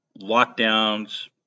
lockdowns